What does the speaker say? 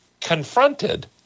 confronted